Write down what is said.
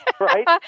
Right